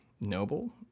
noble